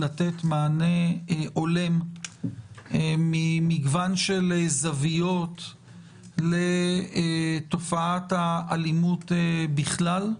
לתת מענה הולם ממגוון של זוויות לתופעת האלימות בכלל,